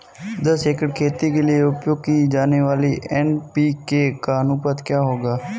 दस एकड़ खेती के लिए उपयोग की जाने वाली एन.पी.के का अनुपात क्या होगा?